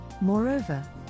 Moreover